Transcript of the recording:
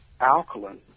alkaline